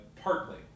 Partly